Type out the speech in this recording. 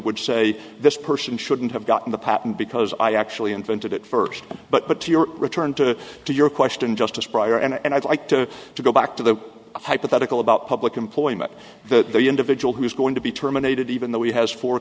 would say the person shouldn't have gotten the patent because i actually invented it first but to your return to to your question justice prior and i'd like to to go back to the hypothetical about public employee but the individual who is going to be terminated even though he has fo